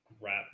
wrap